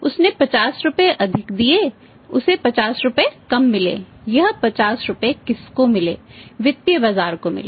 उसने 50 रुपये अधिक दिए उसे 50 रुपये कम मिले यह 50 रुपये किसको मिले वित्तीय बाजार को मिले